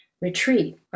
retreat